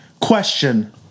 Question